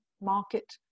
market